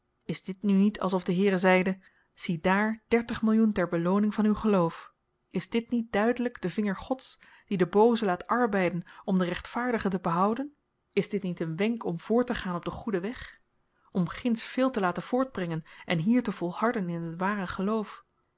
is dit nu niet alsof de heer zeide ziedaar dertig millioen ter belooning van uw geloof is dit niet duidelyk de vinger gods die den booze laat arbeiden om den rechtvaardige te behouden is dit niet een wenk om voorttegaan op den goeden weg om ginds veel te laten voortbrengen en hier te volharden in t ware geloof